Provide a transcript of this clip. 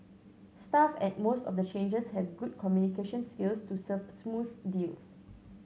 staff at most of the changers have good communication skills to serve smooth deals